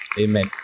Amen